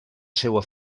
seua